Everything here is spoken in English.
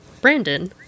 Brandon